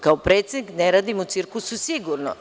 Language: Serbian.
Kao predsednik, ne radim u cirkusu, sigurno.